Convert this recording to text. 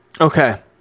Okay